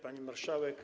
Pani Marszałek!